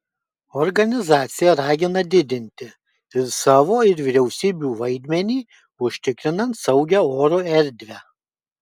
organizacija ragina didinti ir savo ir vyriausybių vaidmenį užtikrinant saugią oro erdvę